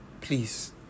please